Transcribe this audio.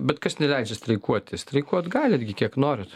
bet kas neleidžia streikuoti streikuot galit gi kiek norit